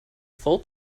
full